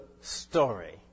story